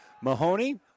Mahoney